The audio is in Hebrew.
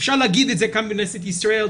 אפשר להגיד את זה כאן בכנסת ישראל,